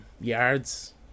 yards